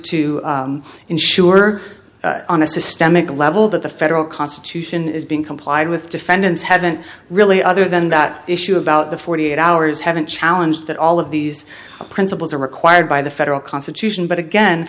to ensure on a systemic level that the federal constitution is being complied with defendants haven't really other than that issue about the forty eight hours haven't challenge that all of these principles are required by the federal constitution but again